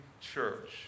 church